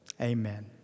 Amen